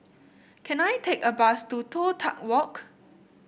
can I take a bus to Toh Tuck Walk